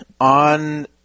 On